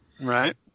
Right